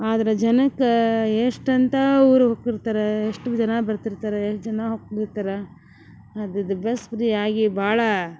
ಆದ್ರೆ ಜನಕ್ಕ ಎಷ್ಟು ಅಂತ ಊರು ಹೊಕ್ಕಿರ್ತಾರ ಎಷ್ಟು ಜನ ಬರ್ತಿರ್ತಾರೆ ಎಷ್ಟು ಜನ ಹೋಗ್ತಿರ್ತಾರೆ ಆದದ್ದು ಬಸ್ ಫ್ರೀ ಆಗಿ ಭಾಳ